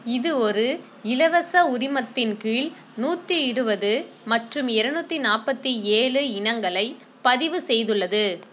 இது ஒரு இலவச உரிமத்தின் கீழ் நூற்றி இருபது மற்றும் ஏரநூத்தி நாற்பத்தி ஏழு இனங்களை பதிவு செய்துள்ளது